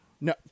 No